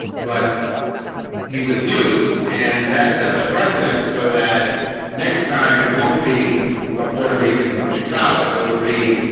but he was used and that set the precedent so that next time it won't be a puerto rican from chicago. it'll be